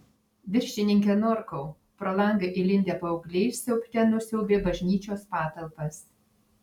viršininke norkau pro langą įlindę paaugliai siaubte nusiaubė bažnyčios patalpas